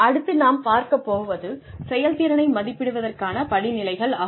அடுத்து நாம் பார்க்கப் போவது செயல்திறனை மதிப்பிடுவதற்கான படிநிலைகள் ஆகும்